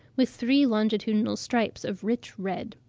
with three longitudinal stripes of rich red.